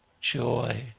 joy